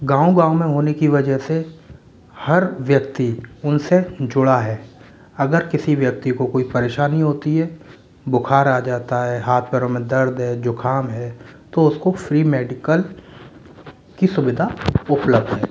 गाँव गाँव में होने की वजह से हर व्यक्ति उनसे जुड़ा है अगर किसी व्यक्ति को कोई परेशानी होती है बुखार आ जाता है हाथ पैरों में दर्द है जुकाम है तो उसको फ्री मेडिकल की सुविधा उपलब्ध है